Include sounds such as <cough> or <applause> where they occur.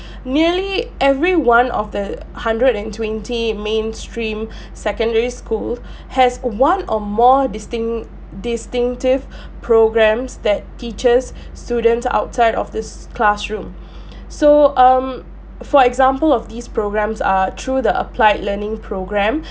<breath> nearly every one of the hundred and twenty mainstream <breath> secondary school has one or more distinct distinctive <breath> programmes that teaches <breath> students outside of this classroom <breath> so um for example of these programs are through the applied learning programme